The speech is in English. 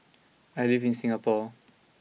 I live in Singapore